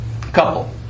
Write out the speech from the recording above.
couple